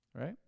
right